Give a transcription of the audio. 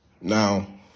Now